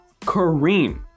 Kareem